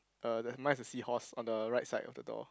uh then mine's a seahorse on the right side of the door